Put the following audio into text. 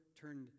turned